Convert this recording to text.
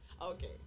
Okay